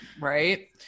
Right